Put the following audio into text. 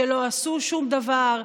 שלא עשו שום דבר,